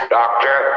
doctor